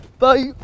Bye